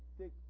take